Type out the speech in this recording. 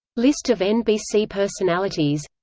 list of nbc personalities